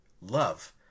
love